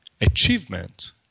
achievement